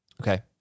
Okay